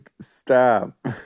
stop